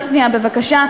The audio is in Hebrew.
רק שנייה בבקשה.